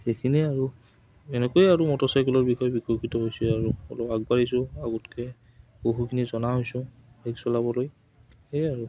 সেইখিনিয়ে আৰু এনেকৈয়ে আৰু মটৰচাইকেলৰ বিষয়ে বিকশিত হৈছে আৰু অলপ আগবাঢ়িছোঁ আগতকৈ বহুখিনি জনা হৈছোঁ বাইক চলাবলৈ সেই আৰু